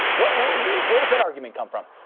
where does that argument come from?